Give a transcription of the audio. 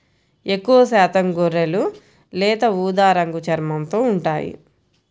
ఎక్కువశాతం గొర్రెలు లేత ఊదా రంగు చర్మంతో ఉంటాయి